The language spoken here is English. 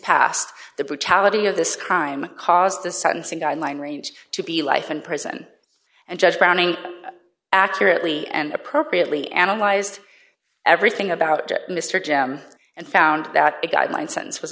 past the brutality of this crime caused the sentencing guideline range to be life in prison and judge browning accurately and appropriately analyzed everything about mr jam and found that a guideline sen